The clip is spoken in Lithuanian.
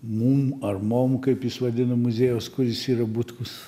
mum ar mom kaip jis vadina muziejaus kuris yra butkus